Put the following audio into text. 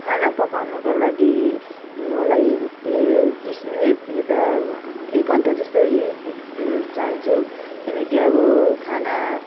खाना पकाउनुको लागि मलाई ए तिस मिनट यता एक घन्टा जस्तै चाहन्छु किनकि अब खाना